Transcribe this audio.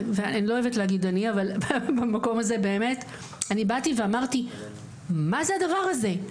ואני לא אוהבת להגיד אני אבל במקום הזה אני באתי ואמרתי מה זה הדבר הזה,